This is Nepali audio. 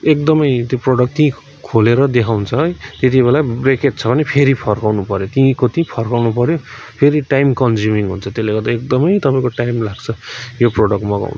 एकदमै त्यो प्रडक्ट त्यहीँ खोलेर देखाउँछ है त्यति बेलै ब्रेकेज छ भने फेरि फर्काउनु पर्यो त्यहीँको त्यहीँ फर्काउनु पर्यो फेरि टाइम कन्ज्युमिङ हुन्छ त्यसले गर्दा एकदमै तपाईँको टाइम लाग्छ यो प्रडक्ट मगाउनु